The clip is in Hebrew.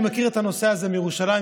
אני מכיר את הנושא הזה מירושלים,